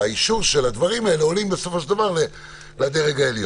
והאישור של הדברים עולה בסופו של דבר לדרג העליון.